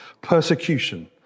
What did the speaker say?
persecution